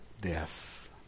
death